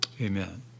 amen